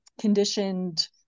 conditioned